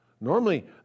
Normally